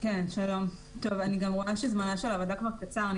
אני רואה שזמנה של הוועדה כבר קצר.